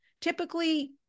typically